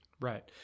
Right